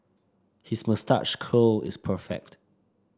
his moustache curl is perfect